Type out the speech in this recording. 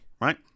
right